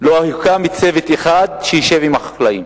לא הוקם צוות אחד שישב עם החקלאים,